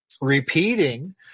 repeating